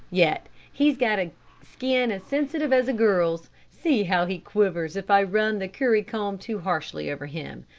yet he's got a skin as sensitive as a girl's. see how he quivers if i run the curry-comb too harshly over him.